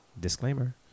Disclaimer